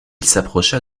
s’approcha